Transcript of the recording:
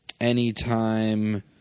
anytime